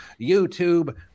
YouTube